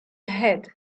head